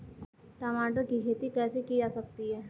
टमाटर की खेती कैसे की जा सकती है?